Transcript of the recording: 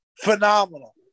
phenomenal